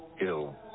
ill